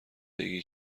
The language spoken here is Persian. بگی